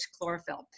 chlorophyll